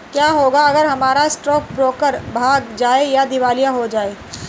क्या होगा अगर हमारा स्टॉक ब्रोकर भाग जाए या दिवालिया हो जाये?